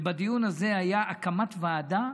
והדיון היה על הקמת ועדה